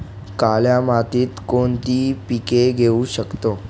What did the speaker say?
काळ्या मातीत कोणती पिके घेऊ शकतो?